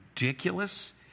ridiculous